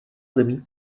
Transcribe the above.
zemí